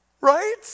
Right